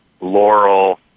Laurel